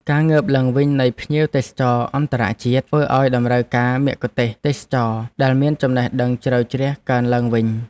ការងើបឡើងវិញនៃភ្ញៀវទេសចរអន្តរជាតិបានធ្វើឱ្យតម្រូវការមគ្គុទ្ទេសក៍ទេសចរណ៍ដែលមានចំណេះដឹងជ្រៅជ្រះកើនឡើងវិញ។